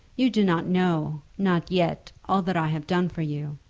you do not know not yet, all that i have done for you.